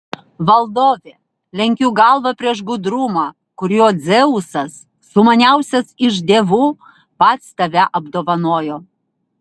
valdove lenkiu galvą prieš gudrumą kuriuo dzeusas sumaniausias iš dievų pats tave apdovanojo